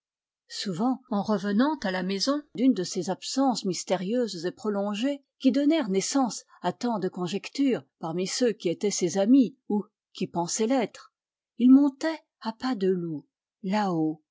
souvent en revenant à la maison d'une de ses absences mystérieuses et prolongées qui donnèrent naissance à tant de conjectures parmi ceux qui étaient ses amis ou qui pensaient l'être il montait à pas de loup là-haut